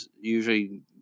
usually